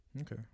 Okay